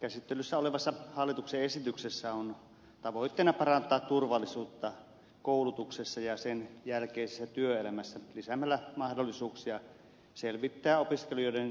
käsittelyssä olevassa hallituksen esityksessä on tavoitteena parantaa turvallisuutta koulutuksessa ja sen jälkeisessä työelämässä lisäämällä mahdollisuuksia selvittää opiskelijoiden soveltuvuutta alalle